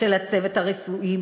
של הצוות הרפואי,